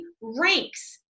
ranks